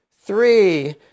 Three